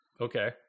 Okay